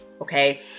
okay